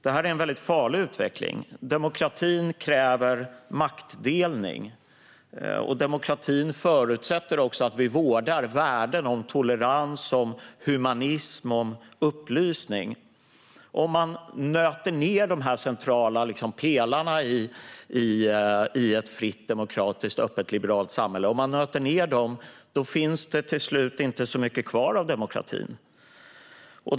Det är en farlig utveckling. Demokratin kräver maktdelning. Demokratin förutsätter också att vi vårdar värden som tolerans, humanism och upplysning. Om man nöter ned dessa centrala pelare för ett fritt, demokratiskt, öppet och liberalt samhälle finns det till slut inte mycket kvar av demokratin.